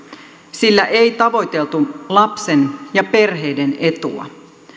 sillä ei tavoiteltu lapsen ja perheiden etua